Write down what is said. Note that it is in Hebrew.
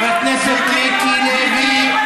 חבר הכנסת מיקי לוי.